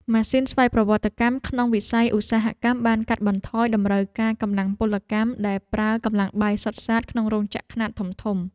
ម៉ាស៊ីនស្វ័យប្រវត្តិកម្មក្នុងវិស័យឧស្សាហកម្មបានកាត់បន្ថយតម្រូវការកម្លាំងពលកម្មដែលប្រើកម្លាំងបាយសុទ្ធសាធក្នុងរោងចក្រខ្នាតធំៗ។